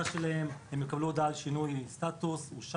שלהן וכן תקבלנה הודעה על שינוי סטטוס הבקשה.